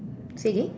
say again